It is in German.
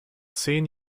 zehn